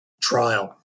trial